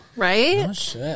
Right